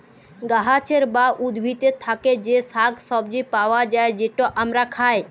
গাহাচের বা উদ্ভিদের থ্যাকে যে শাক সবজি পাউয়া যায়, যেট আমরা খায়